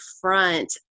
front